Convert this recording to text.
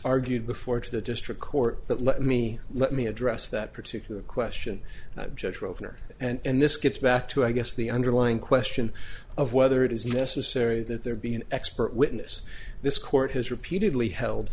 argued before to the district court but let me let me address that particular question judge opener and this gets back to i guess the underlying question of whether it is necessary that there be an expert witness this court has repeatedly held